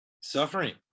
suffering